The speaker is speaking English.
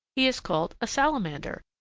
he is called a salamander,